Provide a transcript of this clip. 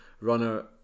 runner